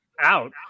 out